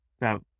now